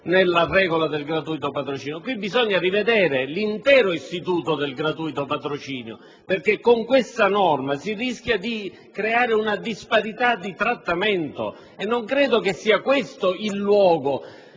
nella regola del gratuito patrocinio. Bisogna rivedere l'intero istituto del gratuito patrocinio, perché con questa norma si rischia di creare una disparità di trattamento e non credo che sia questo il luogo.